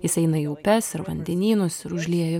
jis eina į upes ir vandenynus ir užlieja